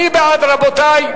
מי בעד ההסתייגויות?